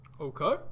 Okay